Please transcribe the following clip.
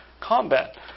combat